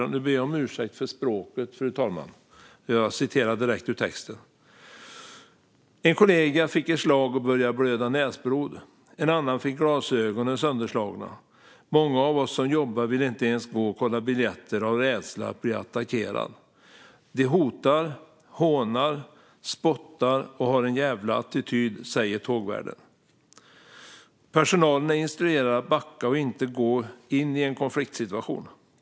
Jag ber om ursäkt för språket, fru talman - jag citerar direkt ur texten: "- En kollega fick ett slag och började blöda näsblod, en annan fick glasögonen sönderslagna. Många av oss som jobbar vill inte ens gå och kolla biljetter av rädsla att bli attackerad. De hotar, hånar, spottar och har en jävla attityd, säger tågvärden." Vidare står det: "Personalen är instruerad att backa och inte gå in i konfliktsituationen.